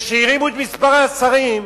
כשהרימו את מספר השרים,